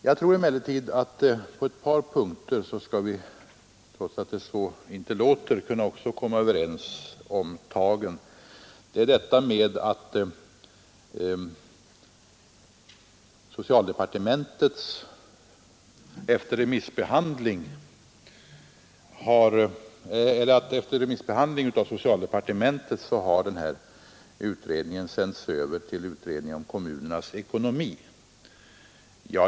Jag tror emellertid att på ett par punkter skall vi, trots att det inte låter så, kunna komma överens om tagen. Det är detta med att utredningen efter remissbehandling genom socialdepartementets försorg sänts över till utredningen om kommunernas ekonomi.